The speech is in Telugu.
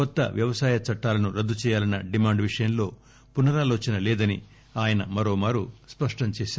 కొత్త వ్యవసాయ చట్టాలను రద్దు చేయాలన్న డిమాండు విషయంలో పునరాలోచన లేదని ఆయన మరో మారు స్పష్టం చేశారు